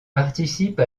participe